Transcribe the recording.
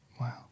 Wow